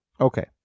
Okay